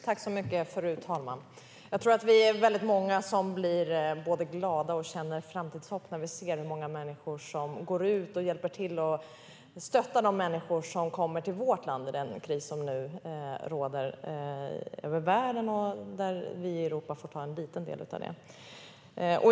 Fru talman! Jag tror att vi är många som blir glada och känner framtidshopp när vi ser hur många som hjälper till och stöttar de människor som kommer till vårt land i den kris som nu råder i världen och som vi i Europa får ta en liten del av.